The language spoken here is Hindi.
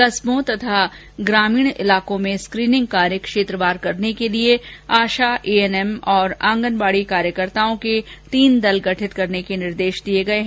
कस्बों तथा ग्रामीण क्षेत्रों में स्क्रीनिंग कार्य क्षेत्रवार करने के लिए आशा एएनएम तथा आंगनबाड़ी कार्यकर्ताओं के तीन दल गठित करने के निर्देश दिये गये हैं